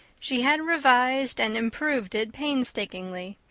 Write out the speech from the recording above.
she had revised and improved it painstakingly,